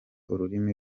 ururimi